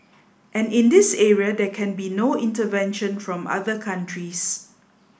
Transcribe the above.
and in this area there can be no intervention from other countries